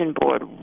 board